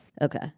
Okay